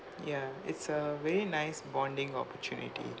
ya it's a very nice bonding opportunity